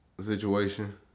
situation